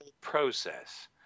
process